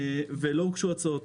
ולא הוגשו הצעות.